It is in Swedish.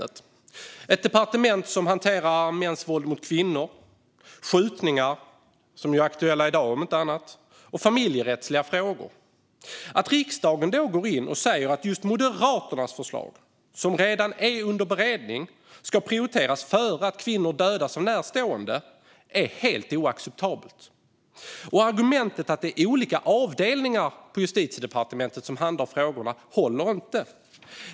Det är ett departement som hanterar frågor som mäns våld mot kvinnor, skjutningar - som är aktuella i dag om inte annat - och familjerättsliga frågor. Att riksdagen går in och säger att just Moderaternas förslag, som redan är under beredning, ska prioriteras före att kvinnor dödas av närstående är helt oacceptabelt. Argumentet att det är olika avdelningar på Justitiedepartementet som handhar frågorna håller inte.